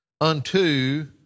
unto